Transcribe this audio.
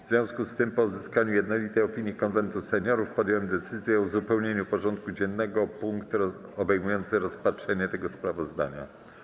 W związku z tym, po uzyskaniu jednolitej opinii Konwentu Seniorów, podjąłem decyzję o uzupełnieniu porządku dziennego o punkt obejmujący rozpatrzenie tego sprawozdania.